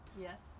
yes